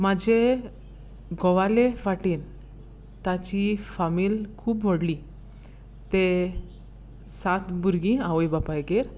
म्हजे घोवाले वाटेन ताची फामील खूब व्हडली ते सात भुरगीं आवय बापायगेर